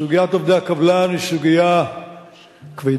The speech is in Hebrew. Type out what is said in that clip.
סוגיית עובדי הקבלן היא סוגיה כבדה.